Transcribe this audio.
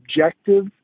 objective